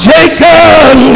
Jacob